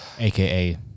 AKA